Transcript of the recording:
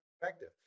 effective